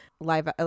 live